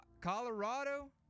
Colorado